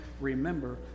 remember